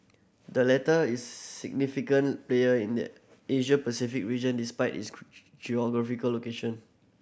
the latter is a significant player in the Asia Pacific region despite its geographical location